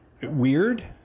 weird